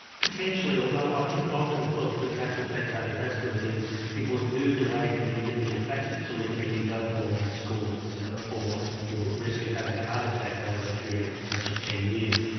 potentially, although i think often, well, for example, take cardiovascular disease, people have moved away from the individual factors to looking at these overall scores for your risk of having a heart attack over a period such as ten years,